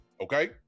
okay